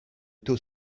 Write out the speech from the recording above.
tous